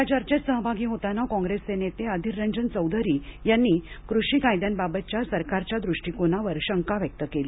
या चर्चेत सहभागी होताना कॉंग्रेसचे नेते अधीररंजन चौधरी यांनी कृषी कायद्यांबाबतच्या सरकारच्या दृष्टिकोनावर शंका व्यक्त केली